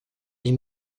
des